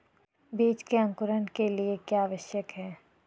बीज के अंकुरण के लिए क्या आवश्यक है?